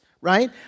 right